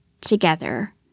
together